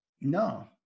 No